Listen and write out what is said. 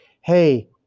hey